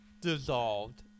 dissolved